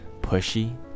Pushy